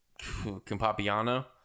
Campapiano